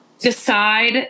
Decide